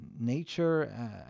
nature